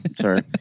sorry